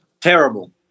Terrible